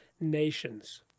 nations